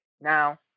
now